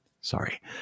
Sorry